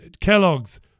Kellogg's